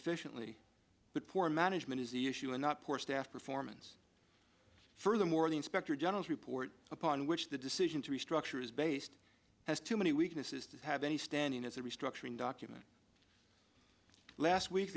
efficiently but poor management is the issue and not poor staff performance furthermore the inspector general's report upon which the decision to restructure is based has too many weaknesses to have any standing as a restructuring document last week